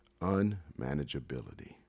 unmanageability